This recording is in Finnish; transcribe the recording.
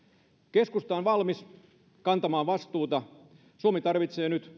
keskusta on valmis kantamaan vastuuta suomi tarvitsee nyt